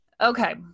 Okay